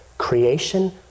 Creation